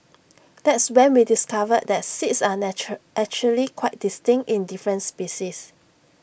that's when we discovered that seeds are actually quite distinct in different species